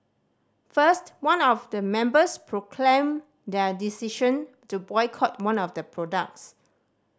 first one of the members proclaimed their decision to boycott one of the products